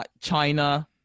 China